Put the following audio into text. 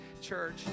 church